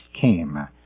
came